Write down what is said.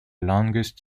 longest